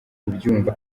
kubyumva